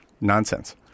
nonsense